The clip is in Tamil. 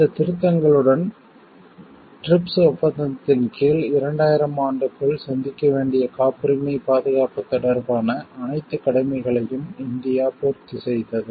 இந்த திருத்தங்களுடன் டிரிப்ஸ் ஒப்பந்தத்தின் கீழ் 2000 ஆம் ஆண்டுக்குள் சந்திக்க வேண்டிய காப்புரிமை பாதுகாப்பு தொடர்பான அனைத்து கடமைகளையும் இந்தியா பூர்த்தி செய்தது